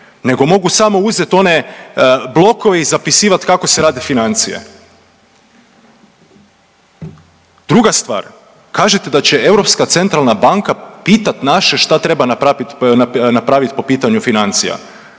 nego mogu samo uzet one blokove i zapisivat kako se rade financije. Druga stvar, kažete da će Europska centralna banka pitat naše šta treba napravit po pitanju financija,